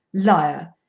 liar!